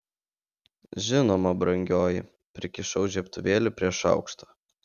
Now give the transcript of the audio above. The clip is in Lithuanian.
žinoma brangioji prikišau žiebtuvėlį prie šaukšto